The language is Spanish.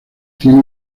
tiene